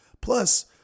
Plus